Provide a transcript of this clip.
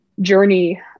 journey